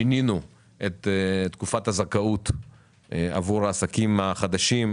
שינינו את תקופת הזכאות עבור העסקים החדשים,